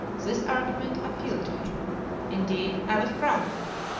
this argument appealed to him indeed, i was proud of it.